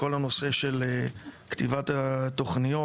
כל הנושא של כתיבת התוכניות